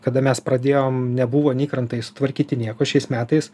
kada mes pradėjom nebuvo nei krantai sutvarkyti nieko šiais metais